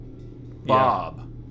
Bob